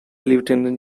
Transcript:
lieutenant